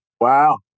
Wow